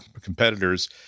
competitors